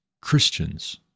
Christians